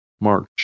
March